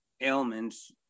ailments